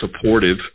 supportive